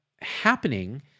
happening